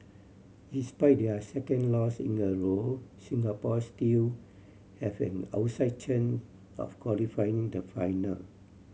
despite their second loss in a row Singapore still have an outside chance of qualifying the final